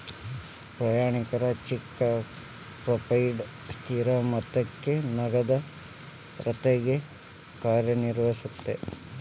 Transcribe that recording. ಪ್ರಯಾಣಿಕರ check prepaid ಸ್ಥಿರ ಮೊತ್ತಕ್ಕ ನಗದ ರೇತ್ಯಾಗ ಕಾರ್ಯನಿರ್ವಹಿಸತ್ತ